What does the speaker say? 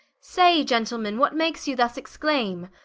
say gentlemen, what makes you thus exclaime,